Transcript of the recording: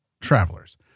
travelers